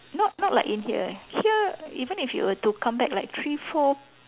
not not like in here eh here even if you were to come back like three four